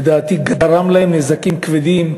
שלדעתי גרם להם נזקים כבדים,